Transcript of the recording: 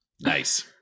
Nice